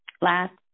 last